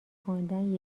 خواندن